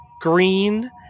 green